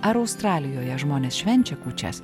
ar australijoje žmonės švenčia kūčias